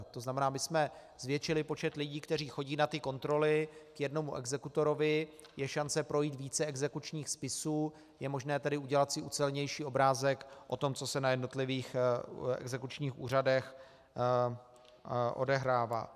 To znamená, my jsme zvětšili počet lidí, kteří chodí na kontroly k jednomu exekutorovi, je šance projít více exekučních spisů, je možné tedy udělat si ucelenější obrázek o tom, co se na jednotlivých exekučních úřadech odehrává.